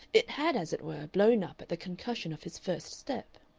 it had, as it were, blown up at the concussion of his first step.